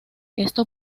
esto